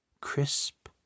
crisp